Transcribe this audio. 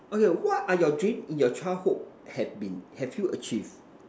okay what are you dreams in your childhood have been have you achieved